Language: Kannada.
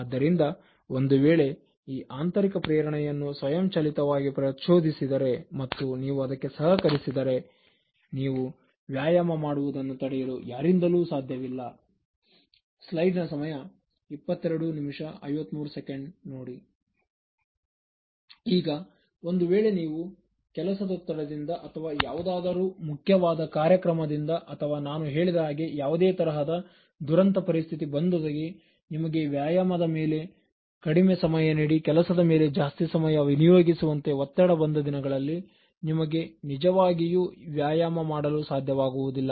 ಆದ್ದರಿಂದ ಒಂದು ವೇಳೆ ಈ ಆಂತರಿಕ ಪ್ರೇರಣೆಯನ್ನು ಸ್ವಯಂಚಾಲಿತವಾಗಿ ಪ್ರಚೋದಿಸಿದರೆ ಮತ್ತು ನೀವು ಅದಕ್ಕೆ ಸಹಕರಿಸಿದರೆ ನೀವು ವ್ಯಾಯಾಮ ಮಾಡುವುದನ್ನು ತಡೆಯಲು ಯಾರಿಂದಲೂ ಸಾಧ್ಯವಾಗುವುದಿಲ್ಲ ಈಗ ಒಂದು ವೇಳೆ ನೀವು ಕೆಲಸದೊತ್ತಡದಿಂದ ಅಥವಾ ಯಾವುದಾದರೂ ಮುಖ್ಯವಾದ ಕಾರ್ಯಕ್ರಮದಿಂದ ಅಥವಾ ನಾನು ಹೇಳಿದ ಹಾಗೆ ಯಾವುದೇ ತರಹದ ದುರಂತ ಪರಿಸ್ಥಿತಿ ಬಂದೊದಗಿ ನಿಮಗೆ ವ್ಯಾಯಾಮದ ಮೇಲೆ ಕಡಿಮೆ ಸಮಯ ನೀಡಿ ಕೆಲಸದ ಮೇಲೆ ಜಾಸ್ತಿ ಸಮಯ ವಿನಿಯೋಗಿಸುವಂತೆ ಒತ್ತಡ ಬಂದ ದಿನಗಳಲ್ಲಿ ನಿಮಗೆ ನಿಜವಾಗಿಯೂ ವ್ಯಾಯಾಮ ಮಾಡಲು ಸಾಧ್ಯವಾಗುವುದಿಲ್ಲ